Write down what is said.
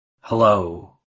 Hello